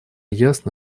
ясно